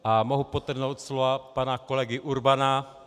A mohu podtrhnout slova pana kolegy Urbana.